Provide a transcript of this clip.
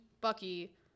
Bucky